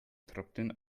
trocknen